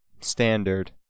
standard